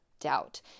doubt